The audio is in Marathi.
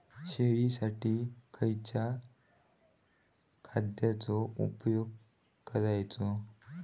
शेळीसाठी खयच्या खाद्यांचो उपयोग करायचो?